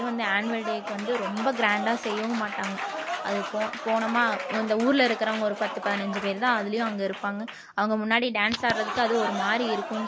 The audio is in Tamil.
அதிலயும் வந்து ஆன்வல்டேக்கு வந்து ரொம்ப கிராண்டாக செய்யவும் மாட்டாங்க அது போ போனமா இந்த ஊர்ல இருக்கிறவங்க ஒரு பத்து பதினஞ்சு பேர்தான் அதுலேயும் அங்கேருப்பாங்க அவங்க முன்னாடி டான்ஸ் ஆடுகிறதுக்கும் அது ஒரு மாதிரி இருக்குதுனு